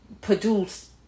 produce